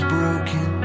broken